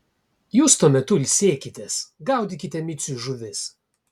jūs tuo metu ilsėkitės gaudykite miciui žuvis